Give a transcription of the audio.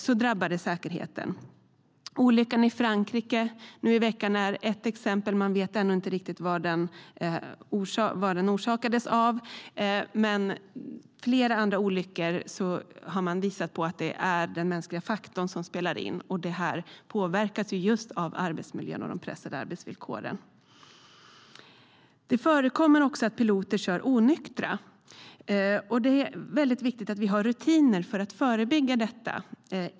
Det drabbar säkerheten. Det förekommer att piloter kör onyktra, och det är viktigt vi har rutiner för att förebygga det.